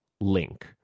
link